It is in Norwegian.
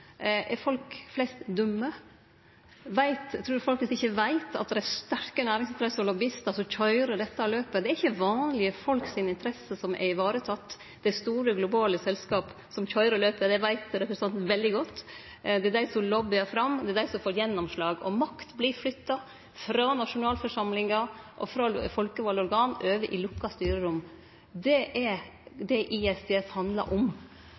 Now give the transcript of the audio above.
Er folk flest dumme? Trur ein dei faktisk ikkje veit at det er sterke næringsinteresser og lobbyister som køyrer dette løpet? Det er ikkje vanlege folk sine interesser som er varetekne, det er store globale selskap som køyrer løpet. Det veit representanten veldig godt. Det er dei som «lobbyerer» fram, det er dei som får gjennomslag, og makt vert flytta frå nasjonalforsamlingar og frå folkevalde organ over i lukka styrerom. Det er det ISDS handlar om.